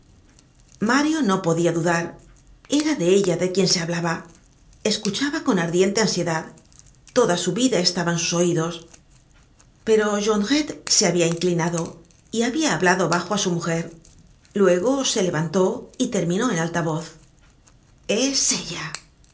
mario no podia dudar era de ella de quien se hablaba escuchaba con ardiente ansiedad toda su vida estaba en sus oidos pero jondrette se habia inclinado y habia hablado bajo á su mujer luego se levantó y germinó en alta voz es ella